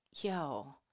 Yo